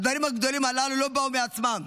הדברים הגדולים הללו לא באו מעצמם.